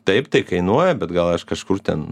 taip tai kainuoja bet gal aš kažkur ten